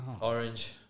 Orange